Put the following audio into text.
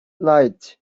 night